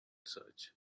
search